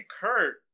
Kurt